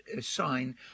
sign